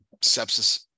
sepsis